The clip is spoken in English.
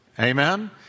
Amen